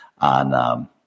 on